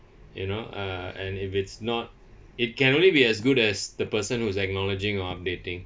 you know uh and if it's not it can only be as good as the person who is acknowledging or updating